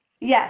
Yes